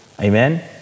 Amen